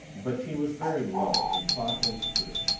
but she was very low in thought and spirit,